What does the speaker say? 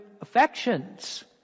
affections